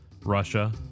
Russia